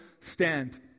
stand